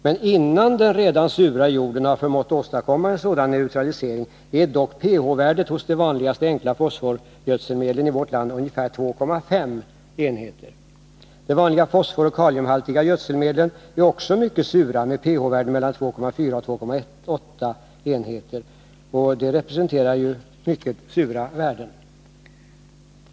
Men innan den redan sura jorden har förmått åstadkomma en sådan neutralisering är pH-värdet hos de vanligaste enkla fosforgödselmedlen i vårt land ungefär 2,5 enheter. De vanliga fosforoch kaliumhaltiga gödselmedlen är också mycket sura med pH-värden mellan 2,4 och 2,8 enheter. Det är ju mycket höga surhetsvärden.